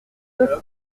deux